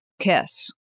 kiss